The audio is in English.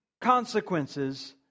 consequences